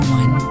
one